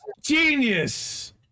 Genius